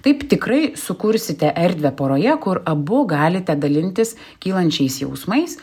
taip tikrai sukursite erdvę poroje kur abu galite dalintis kylančiais jausmais